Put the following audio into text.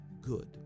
good